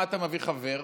מה אתה מביא חבר?